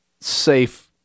safe